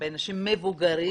באנשים מבוגרים,